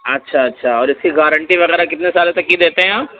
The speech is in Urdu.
اچھا اچھا اور اس کی گارنٹی وغیرہ کتنے سال تک کی دیتے ہیں آپ